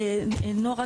נעה,